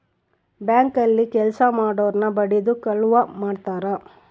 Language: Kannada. ಬ್ಯಾಂಕ್ ಅಲ್ಲಿ ಕೆಲ್ಸ ಮಾಡೊರ್ನ ಬಡಿದು ಕಳುವ್ ಮಾಡ್ತಾರ